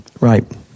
Right